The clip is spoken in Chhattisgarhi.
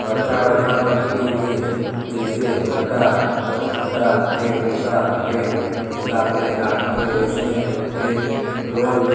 बड़खा बड़खा कंपनी मे जइसे घंटा घंटा के बूता के हिसाब ले राखथे वइसने पे रोल